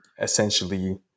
essentially